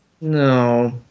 No